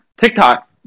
TikTok